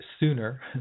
Sooner